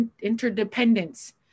interdependence